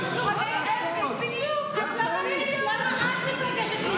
זה שטויות, למה את מתייחסת לזה?